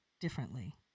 differently